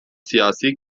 siyasi